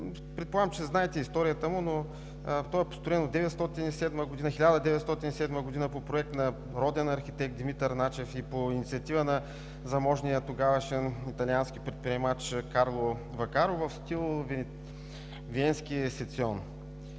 Предполагам, че знаете историята му. То е построено в 1907 г. по проект на родния архитект Димитър Начев и по инициатива на тогавашния заможен италиански предприемач Карло Вакаро в стил Виенски сецесион.